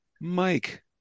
Mike